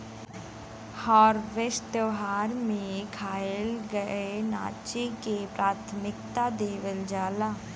harvest त्यौहार में खाए, गाए नाचे के प्राथमिकता देवल जाला